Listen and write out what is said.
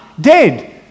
dead